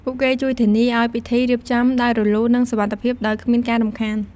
ពួកគេជួយធានាឲ្យពិធីរៀបចំដោយរលូន និងសុវត្ថិភាព ដោយគ្មានការរំខាន។